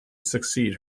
succeed